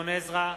גדעון עזרא,